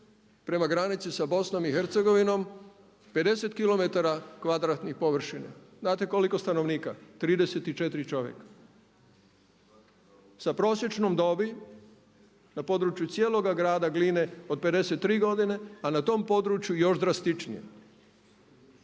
prema granici sa BiH, 50km kvadratnih površine. Znate koliko stanovnika? 34 čovjeka sa prosječnom dobi na području cijeloga grada Gline od 53 godine, a na tom području još drastičnije,